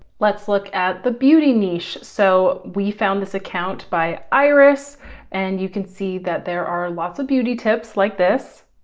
let's look at the beauty niche. so we found this account by iris and you can see that there are lots of beauty tips like this.